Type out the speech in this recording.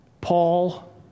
Paul